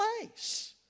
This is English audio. place